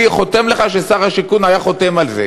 אני חותם לך ששר השיכון היה חותם על זה.